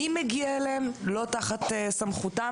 מי מגיע אליהם, זה לא תחת סמכותם.